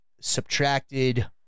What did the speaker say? subtracted